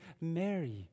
Mary